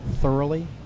thoroughly